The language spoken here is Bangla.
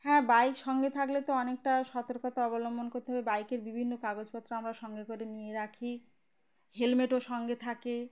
হ্যাঁ বাইক সঙ্গে থাকলে তো অনেকটা সতর্কতা অবলম্বন করতে হবে বাইকের বিভিন্ন কাগজপত্র আমরা সঙ্গে করে নিয়ে রাখি হেলমেটও সঙ্গে থাকে